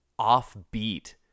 offbeat